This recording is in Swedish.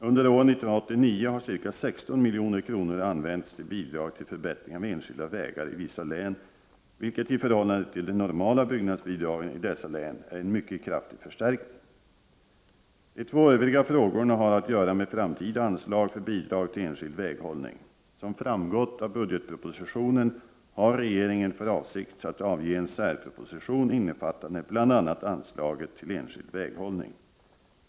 Under år 1989 har ca 16 milj.kr. använts till bidrag till förbättring av enskilda vägar i vissa län, vilket i förhållande till de normala byggnadsbidragen i dessa län är en mycket kraftig förstärkning. De två övriga frågorna har att göra med framtida anslag för bidrag till enskild väghållning. Som framgått av budgetpropositionen har regeringen för avsikt att avge en särproposition innefattande bl.a. anslaget till enskild väghållning.